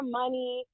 money